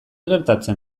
gertatzen